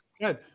Good